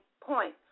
point